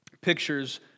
pictures